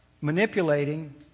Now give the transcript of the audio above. manipulating